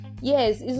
yes